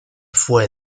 fue